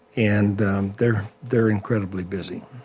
and um they're they're incredibly busy